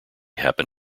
happen